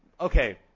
okay